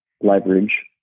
leverage